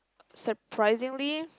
surprisingly